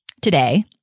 today